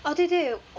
orh 对对